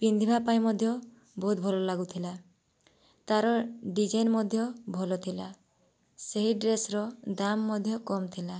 ପିନ୍ଧିବା ପାଇଁ ମଧ୍ୟ ବହୁତ ଭଲ ଲାଗୁଥିଲା ତାର ଡିଜାଇନ୍ ମଧ୍ୟ ଭଲଥିଲା ସେହି ଡ୍ରେସ୍ର ଦାମ୍ ମଧ୍ୟ କମ୍ ଥିଲା